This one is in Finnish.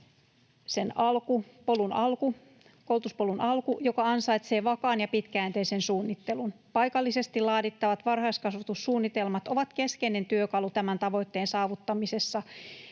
koulutuspolun alku, joka ansaitsee vakaan ja pitkäjänteisen suunnittelun. Paikallisesti laadittavat varhaiskasvatussuunnitelmat ovat keskeinen työkalu tämän tavoitteen saavuttamisessa,